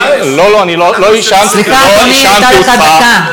סליחה, אדוני, הייתה לך דקה.